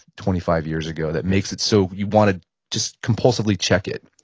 twenty five years ago that makes it so you want to just compulsively check it?